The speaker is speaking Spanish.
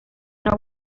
una